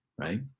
right